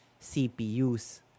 CPUs